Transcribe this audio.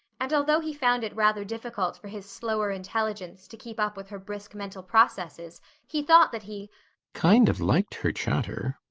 and although he found it rather difficult for his slower intelligence to keep up with her brisk mental processes he thought that he kind of liked her chatter.